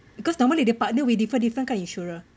because normally they partner with different different kind insurer